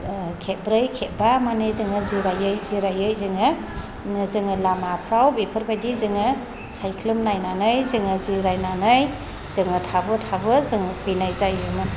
खेबब्रै खेबबा माने जोङो जिरायै जिरायै जोङो जोङो लामाफ्राव बेफोरबायदि जोङो सायख्लुम नायनानै जोङो जिरायनानै जोङो थाबो थाबो जोङो फैनाय जायोमोन